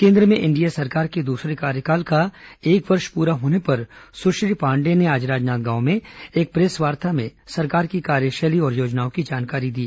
केन्द्र में एनडीए सरकार के दूसरे कार्यकाल का एक वर्ष पूरा होने पर सुश्री पांडेय ने आज राजनांदगांव में एक प्रेसवार्ता में सरकार की कार्यशैली और योजनाओं की जानकारी दी